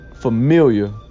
familiar